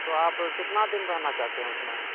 تو آپ کتنا دن رہنا چاہتے ہیں اس میں